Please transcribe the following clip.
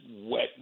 wet